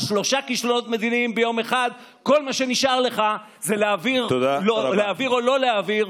מהידיעה שיצאה אתמול מוושינגטון,